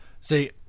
See